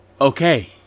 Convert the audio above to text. Okay